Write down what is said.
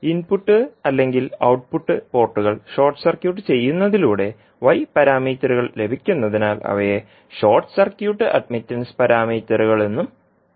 അതിനാൽ ഇൻപുട്ട് അല്ലെങ്കിൽ ഔട്ട്പുട്ട് പോർട്ടുകൾ ഷോർട്ട് സർക്യൂട്ട് ചെയ്യുന്നതിലൂടെ y പാരാമീറ്ററുകൾ ലഭിക്കുന്നതിനാൽ അവയെ ഷോർട്ട് സർക്യൂട്ട് അഡ്മിറ്റൻസ് പാരാമീറ്ററുകൾ എന്നും വിളിക്കുന്നു